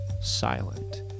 silent